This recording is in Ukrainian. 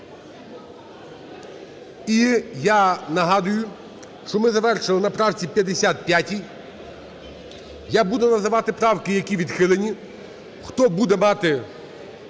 І я нагадую, що ми завершили на правці 55. Я буду називати правки, які відхилені. Хто буде мати